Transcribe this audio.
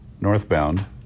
northbound